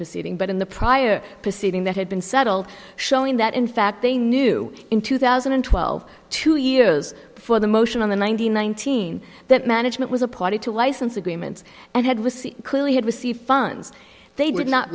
proceeding but in the prior proceeding that had been settled showing that in fact they knew in two thousand and twelve two years before the motion on the one hundred nineteen that management was a party to license agreements and had received clearly had received funds they did not